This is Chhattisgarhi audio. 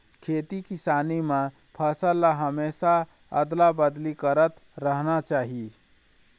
खेती किसानी म फसल ल हमेशा अदला बदली करत रहना चाही